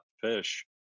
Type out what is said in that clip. fish